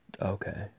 Okay